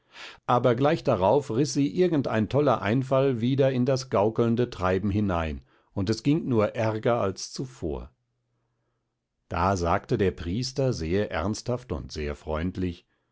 aber gleich darauf riß sie irgendein toller einfall wieder in das gaukelnde treiben hinein und es ging nur ärger als zuvor da sagte der priester sehr ernsthaft und sehr freundlich